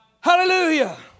Hallelujah